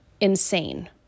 insane